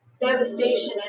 devastation